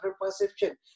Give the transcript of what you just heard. perception